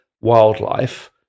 wildlife